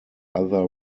other